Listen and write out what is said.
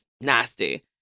nasty